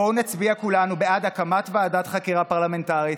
בואו נצביע כולנו בעד הקמת ועדת חקירה פרלמנטרית